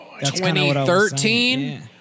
2013